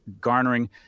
garnering